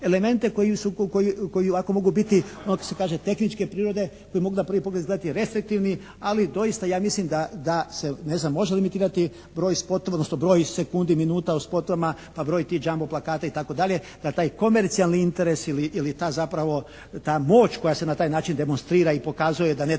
elemente koji ovako mogu biti, ono kako se kaže tehničke prirode, koji mogu na prvi pogled izgledati restriktivni ali doista ja mislim da se, ne znam, može limitirati broj spotova, odnosno broj sekundi, minuta u spotovima pa broj tih jumbo plakata, itd., na taj komercijalni interes ili ta zapravo, ta moć koja se na taj način demonstrira i pokazuje da